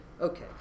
Okay